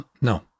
no